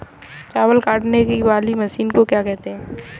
चावल काटने वाली मशीन को क्या कहते हैं?